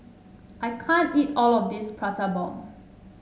I can't eat all of this Prata Bomb